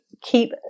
keep